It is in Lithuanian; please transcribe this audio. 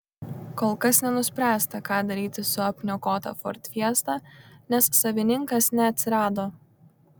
kol kas nenuspręsta ką daryti su apniokota ford fiesta nes savininkas neatsirado